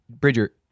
Bridger